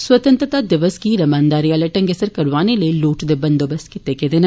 स्वतंत्रता दिवस गी रमानदारी आले ढंगै सिर करौआने लेई लोड़चदे बंदोबस्त कीते गेदे न